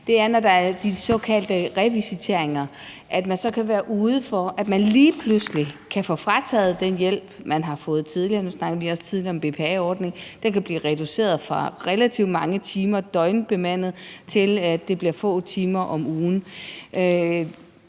voksne – når der er de såkaldte revisiteringer, hvor man kan være ude for, at man lige pludselig kan få frataget den hjælp, man har fået tidligere. Nu snakkede vi også tidligere om BPA-ordningen. Den kan blive reduceret fra relativt mange timer, døgnbemandet, til at det bliver få timer om ugen.